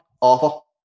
Awful